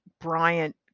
Bryant